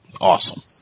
Awesome